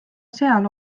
seal